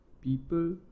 People